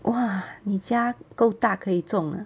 !wah! 你家够大可以种